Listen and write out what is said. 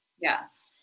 yes